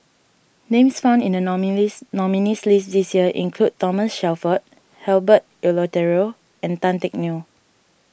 names found in the nominees nominees' list this year include Thomas Shelford Herbert Eleuterio and Tan Teck Neo